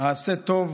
ה"עשה טוב"